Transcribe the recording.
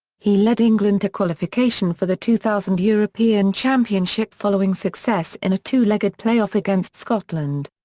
he led england to qualification for the two thousand european championship following success in a two-legged play-off against scotland.